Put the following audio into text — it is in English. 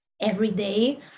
everyday